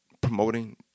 Promoting